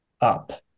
up